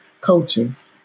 coaches